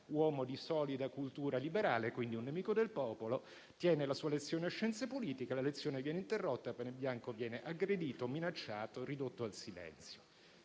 uomo di solida cultura liberale, quindi un nemico del popolo, tiene la sua lezione a Scienze politiche; la lezione viene interrotta, Panebianco viene aggredito, minacciato, ridotto al silenzio.